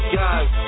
guys